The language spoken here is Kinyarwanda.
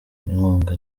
inkunga